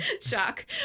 Shock